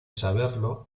saberlo